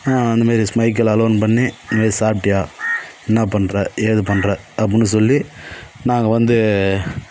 அந்த மாரி மைக்கில் அலோன் பண்ணி இது மேரி சாப்டியா என்னா பண்ற ஏது பண்ற அப்புடின்னு சொல்லி நாங்கள் வந்து